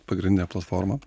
pagrindinę platformą